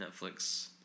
Netflix